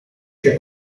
się